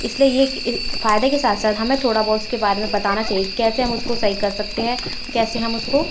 इसलिए यह कि फायदे के साथ साथ हमें थोड़ा बहुत उसके बारे में बताना चाहिए कि कैसे हम उसको सही कर सकते हैं कैसे हम उसको